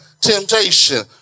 temptation